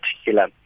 particular